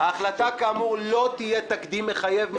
"החלטה כאמור לא תהי התקדים מחייב"